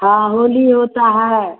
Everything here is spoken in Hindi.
हाँ होली होती है